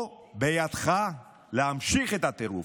או בידך להמשיך את הטירוף.